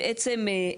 בעצם,